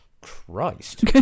Christ